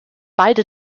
beide